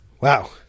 Wow